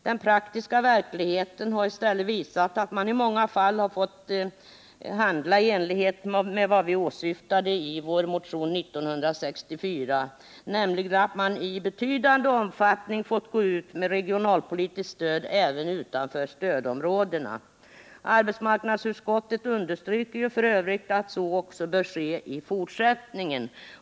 Den praktiska verkligheten har i stället visat att man i många fall har fått handla i enlighet med vad vi åsyftade i vår motion år 1964, nämligen att man i betydande omfattning fått gå ut med regionalpolitiskt stöd även utanför stödområdena. Arbetsmarknadsutskottet understryker f. ö. att så också bör ske i fortsättningen.